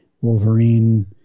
Wolverine